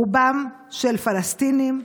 רובם של פלסטינים,